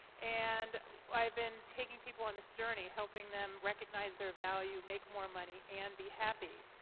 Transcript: and i've been taking people on this journey, helping them recognize their value, make more money and be happy.